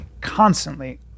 constantly